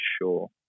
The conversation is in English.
sure